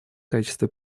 качестве